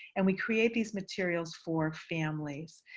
and we create these materials for families.